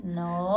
no